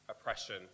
oppression